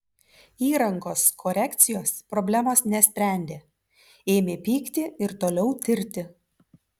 įrangos korekcijos problemos nesprendė ėmė pykti ir toliau tirti